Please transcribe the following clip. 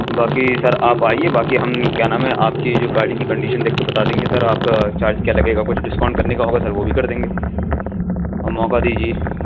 باقی سر آپ آئیے باقی ہم کیا نام ہے آپ کی جو گاڑی کی کنڈیشن دیکھ کے بتا دیں گے سر آپ کا چارج کیا لگے گا کچھ ڈسکاؤنٹ کرنے کا ہوگا سر وہ بھی کر دیں گے اور موقع دیجیے